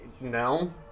no